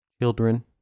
children